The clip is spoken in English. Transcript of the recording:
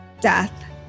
death